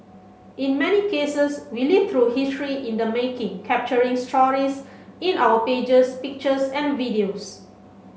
in many cases we live through history in the making capturing stories in our pages pictures and videos